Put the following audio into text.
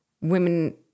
women